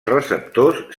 receptors